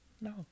No